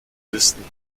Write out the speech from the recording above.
listen